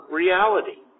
reality